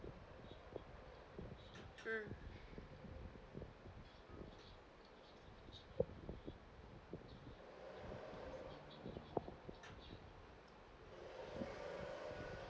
mm